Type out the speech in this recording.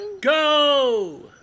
Go